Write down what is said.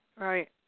Right